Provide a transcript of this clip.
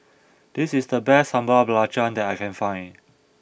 this is the best Sambal Belacan that I can find